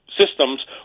systems